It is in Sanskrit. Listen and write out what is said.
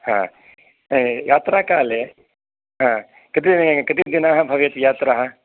यात्राकाले कति दिन् कति दिनानि भवेत् यात्राः